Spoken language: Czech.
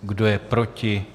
Kdo je proti?